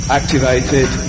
activated